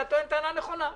אתה טוען טענה נכונה.